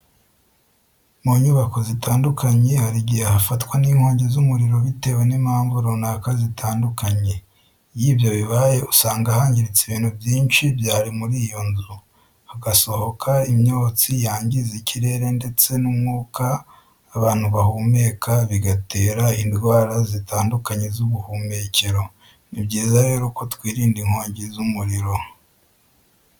Munyubako zitandukanye, harigihe hafatwa n'inkongi z'umuriro bitewe n'impanvu runaka zitandukanye. Iyo ibyo bibaye, usanga hangiritse ibintu byinshi byarimuriyonzu, hagasohoka imyotsi yangiza ikirere ndetse n'umwuka abantu bahumeka bigatera indwara zitandukanye z'ubuhumekero. Nibyiza rero ko twirinda inkongi z'umuriro.